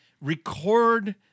record